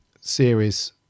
series